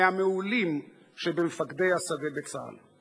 מהמעולים שבמפקדי השדה בצה"ל.